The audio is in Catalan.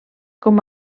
com